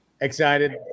Excited